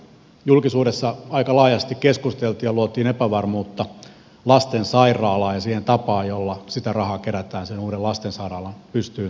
julkisuudessa aika laajasti keskusteltiin ja luotiin epävarmuutta lastensairaalaan ja siihen tapaan jolla sitä rahaa kerätään sen uuden lastensairaalan pystyyn saamiseksi